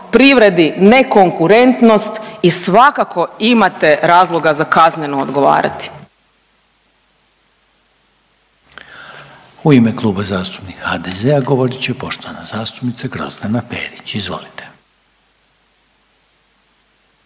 privredni nekonkurentnosti i svakako imate razloga za kazneno odgovarati.